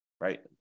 right